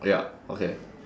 ya okay